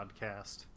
podcast